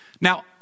Now